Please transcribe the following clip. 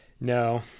no